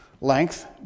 Length